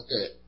Okay